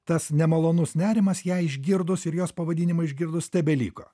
tas nemalonus nerimas ją išgirdus ir jos pavadinimą išgirdus tebeliko